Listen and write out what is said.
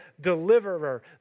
deliverer